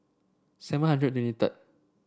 seven hundred and twenty third